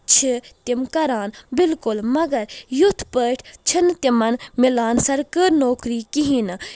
چھِ تِم کران بالکُل مگر یُتھ پٲٹھۍ چھنہٕ تِمن مِلان سرکٲرۍ نوکٔری کہیٖنۍ نہٕ